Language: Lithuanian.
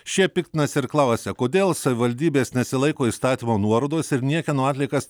šie piktinasi ir klausia kodėl savivaldybės nesilaiko įstatymo nuorodos ir niekieno atliekas